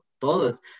todos